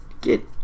Get